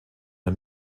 der